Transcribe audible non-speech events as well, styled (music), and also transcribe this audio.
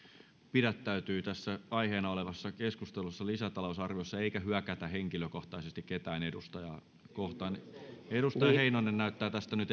pidättäytyvät tässä aiheena olevassa keskustelussa lisätalousarviossa eikä hyökätä henkilökohtaisesti ketään edustajaa kohtaan edustaja heinonen näyttää tästä nyt (unintelligible)